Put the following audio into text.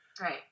Right